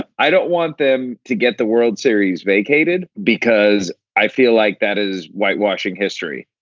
ah i don't want them to get the world series vacated because i feel like that is whitewashing history.